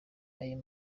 ayo